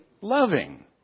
loving